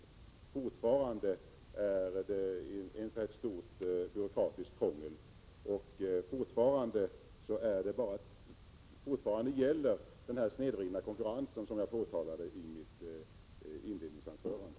Fortfarande är det alltså ett stort byråkratiskt krångel, och fortfarande gäller den snedvridna konkurrensen, som jag påtalade i mitt inledningsanförande.